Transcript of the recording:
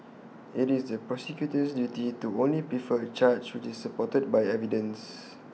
IT is the prosecutor's duty to only prefer A charge which is supported by evidence